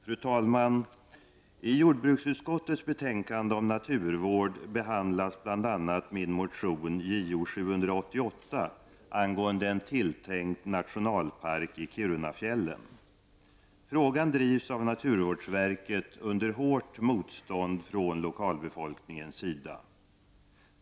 Fru talman! I jordbruksutskottets betänkande om naturvård behandlas bl.a. min motion Jo788 angående en tilltänkt nationalpark i Kirunafjällen. Frågan drivs av naturvårdsverket under hårt motstånd från lokalbefolkningens sida.